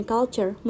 Culture